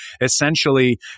essentially